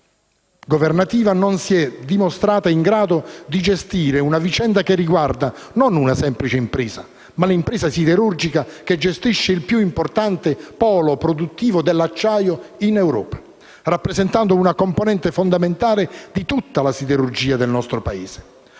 governativa non si è dimostrata in grado di gestire una vicenda che riguarda non una semplice impresa, ma l'impresa siderurgica che gestisce il più importante polo produttivo dell'acciaio in Europa, rappresentando una componente fondamentale di tutta la siderurgia del nostro Paese.